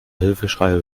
hilfeschreie